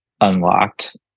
unlocked